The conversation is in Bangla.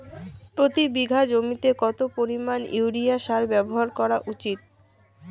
প্রতি বিঘা জমিতে কত পরিমাণ ইউরিয়া সার ব্যবহার করা উচিৎ?